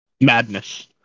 Madness